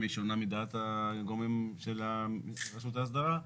אם היא שונה מדעת הגורמים של הרשות להסדרה,